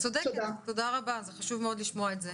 את צודקת וזה חשוב מאוד לשמוע את זה.